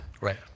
Right